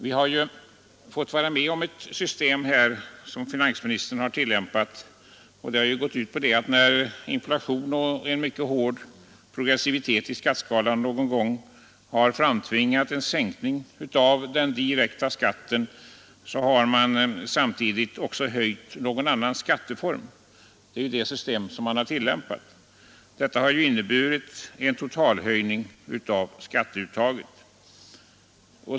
Vi har fått vara med om ett system, som herr finansministern har tillämpat och som har gått ut på att när inflation och hård progressivitet i skatteskalan någon gång framtvingat en sänkning av den direkta skatten, har man samtidigt höjt någon annan skatteform. Det är det system man har tillämpat, och det har inneburit en totalhöjning av skatteuttaget.